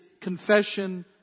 confession